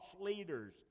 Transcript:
leaders